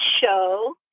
show